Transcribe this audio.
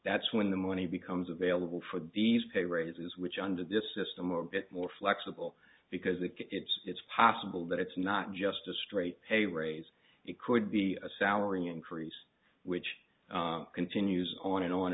that's when the money becomes available for these pay raises which under this system are a bit more flexible because if it's it's possible that it's not just a straight pay raise it could be a salary increase which continues on and on